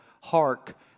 Hark